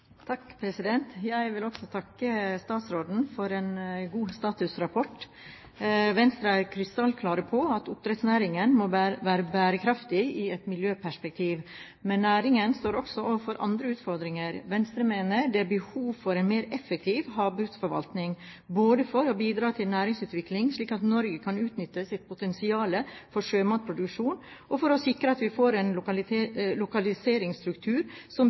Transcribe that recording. på at oppdrettsnæringen må være bærekraftig i et miljøperspektiv, men næringen står også overfor andre utfordringer. Venstre mener det er behov for en mer effektiv havbruksforvaltning, både for å bidra til næringsutvikling slik at Norge kan utnytte sitt potensial for sjømatproduksjon, og for å sikre at vi får en lokaliseringsstruktur som